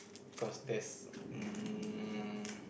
of course there's um